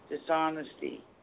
dishonesty